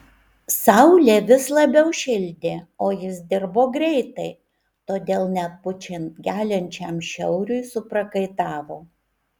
saulė vis labiau šildė o jis dirbo greitai todėl net pučiant geliančiam šiauriui suprakaitavo